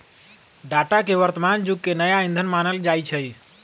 data के वर्तमान जुग के नया ईंधन मानल जाई छै